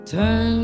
Turn